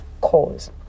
cause